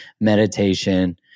meditation